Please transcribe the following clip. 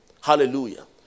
Hallelujah